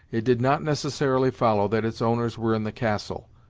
it did not necessarily follow that its owners were in the castle.